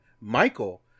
Michael